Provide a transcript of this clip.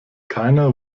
keiner